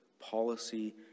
policy